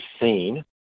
seen